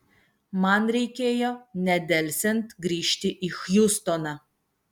man reikėjo nedelsiant grįžti į hjustoną